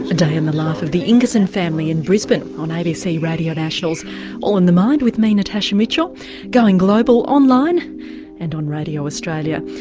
day in the life of the ingerson family in brisbane on abc radio national's all in the mind with me natasha mitchell going global online and on radio australia.